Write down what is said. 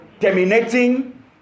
Terminating